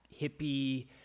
hippie